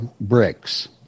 bricks